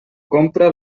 compra